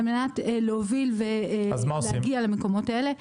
על מנת להוביל ולהגיע למקומות האלה.